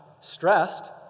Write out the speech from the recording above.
stressed